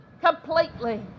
completely